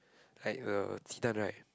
like the 鸡蛋:jidan right